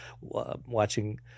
watching